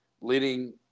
leading